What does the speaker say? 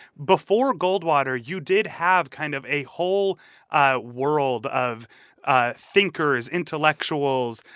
before goldwater, you did have kind of a whole ah world of ah thinkers, intellectuals,